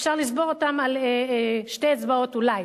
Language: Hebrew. אפשר לספור אותם על שתי אצבעות אולי.